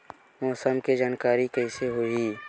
मौसम के जानकारी कइसे होही?